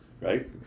Right